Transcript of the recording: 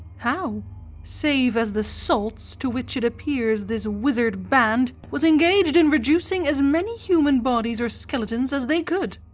how save as the salts to which it appears this wizard band was engaged in reducing as many human bodies or skeletons as they could?